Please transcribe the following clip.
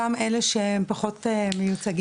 גם אלה שהם פחות מיוצגים.